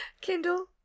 Kindle